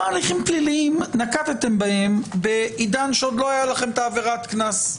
הליכים פליליים נקטתם בעידן שעוד לא היה לכם את עבירת הקנס?